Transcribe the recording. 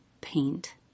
paint